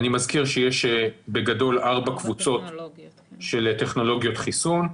אני מזכיר שיש בגדול ארבע קבוצות של טכנולוגיות חיסון: